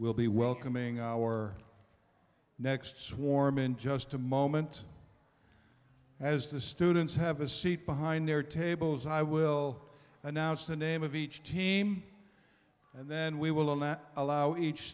will be welcoming our next swarm in just a moment as the students have a seat behind their tables i will announce the name of each team and then we will not allow each